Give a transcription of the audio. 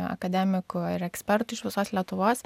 akademikų ir ekspertų iš visos lietuvos